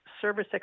Service